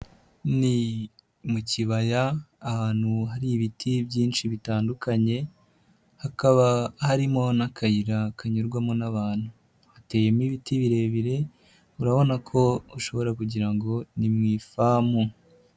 Ni mu kibaya ahantu hari ibiti byinshi bitandukanye, hakaba harimo n'akayira kanyurwamo n'abantu, hateyemo ibiti birebire urabona ko ushobora kugira ngo ni mu ifamu.